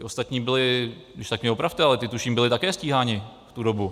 Ti ostatní byli, když tak mě opravte, ale ti tuším byli také stíháni v tu dobu.